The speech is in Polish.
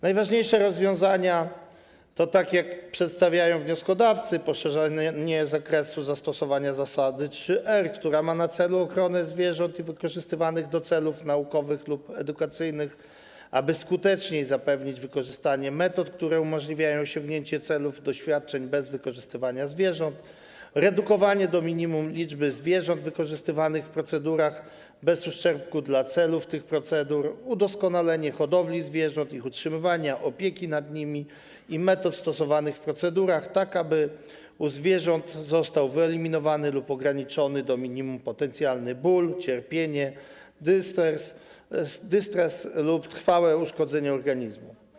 Najważniejsze rozwiązania to, jak przedstawiają wnioskodawcy, poszerzenie zakresu zastosowania zasady 3R, która ma na celu ochronę zwierząt wykorzystywanych do celów naukowych lub edukacyjnych, aby skuteczniej zapewnić wykorzystanie metod, które umożliwiają osiągnięcie celów doświadczeń bez wykorzystywania zwierząt, redukowanie do minimum liczby zwierząt wykorzystywanych w procedurach bez uszczerbku dla celów tych procedur, udoskonalenie hodowli zwierząt, ich utrzymywania, opieki nad nimi i metod stosowanych w procedurach, tak aby u zwierząt zostały wyeliminowane lub ograniczone do minimum potencjalny ból, cierpienie, dystres lub trwałe uszkodzenie organizmu.